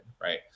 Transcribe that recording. right